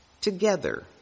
together